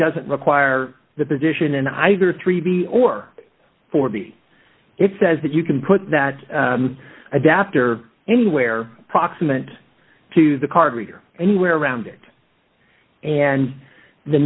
doesn't require the position in either three b or for b it says that you can put that adapter anywhere approximate to the card reader anywhere around it and the